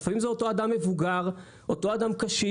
אבל לפעמים זה אותו אדם מבוגר, אותו אדם קשיש.